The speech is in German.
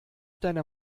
deiner